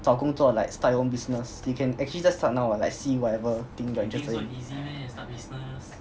找工作 like start your own business you can actually just start now what like see whatever thing that you're interested in